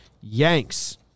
Yanks